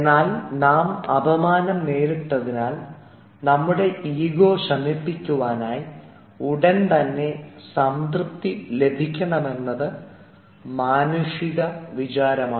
എന്നാൽ നാം അപമാനം നേരിട്ടതിനാൽ നമ്മുടെ ഈഗോ ശമിപ്പിക്കുവാനായി ഉടൻതന്നെ സംതൃപ്തി ലഭിക്കണമെന്നത് മാനുഷിക വിചാരമാണ്